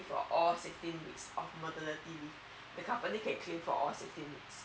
for all sixteen weeks of maternity leave the company can claim for all sixteen weeks